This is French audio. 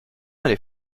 aller